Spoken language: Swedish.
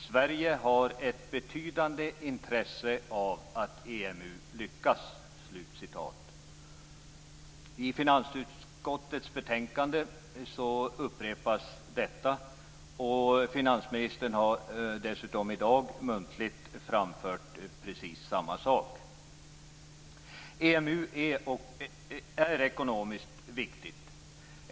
Sverige har ett betydande intresse av att EMU lyckas." Detta upprepas i finansutskottets betänkande, och finansministern har dessutom i dag muntligt framfört precis samma sak. EMU är ekonomiskt viktigt.